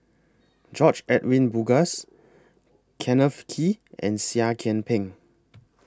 George Edwin Bogaars Kenneth Kee and Seah Kian Peng